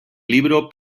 libro